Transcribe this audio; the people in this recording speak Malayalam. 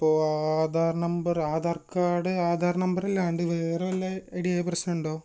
അപ്പോൾ ആധാർ നമ്പര് ആധാർ കാർഡ് ആധാർ നമ്പറില്ലാണ്ട് വേറെ വല്ലെ ഐ ഡിയായ പ്രശ്നോം ഉണ്ടോ